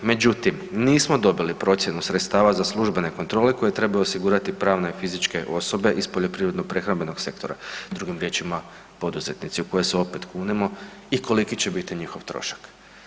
Međutim, nismo dobili procjenu sredstava za službene kontrole koje trebaju osigurati pravne i fizičke osobe, iz poljoprivredno-prehrambenog sektora, drugim riječima, poduzetnici u koje se opet kunemo i koliki će biti njihov trošak.